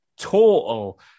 total